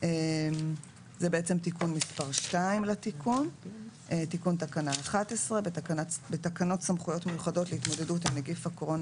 זה תיקון מספר 2. תקנות סמכויות מיוחדות להתמודדות עם נגיף הקורונה